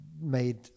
made